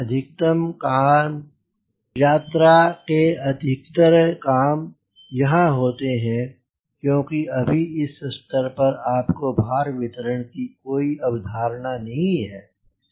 अधिकतर काम यात्रा के अधिकतर काम यहीं होते हैं क्योंकि अभी इस स्तर पर आपको भार वितरण की कोई अवधारणा नहीं है